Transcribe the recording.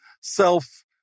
self